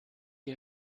ihr